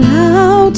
now